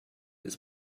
ist